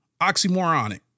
oxymoronic